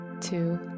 two